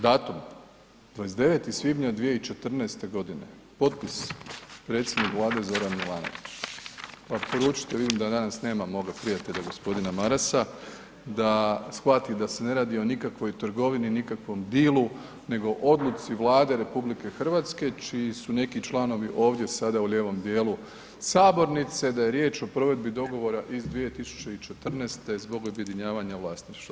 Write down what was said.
Datum 29. svibnja 2014. g., potpis predsjednik Vlade Zoran Milanović pa poručite, vidim da danas nema moga prijatelja g. Marasa da shvati da se ne radi o nikakvoj trgovini, nikakvom dealu nego o Odluci Vlade RH čiji su neki članovi ovdje sada u lijevom dijelu sabornice, da je riječ o provedbi dogovora iz 2014. zbog objedinjavanja vlasništva.